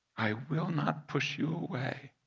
i will not push you away,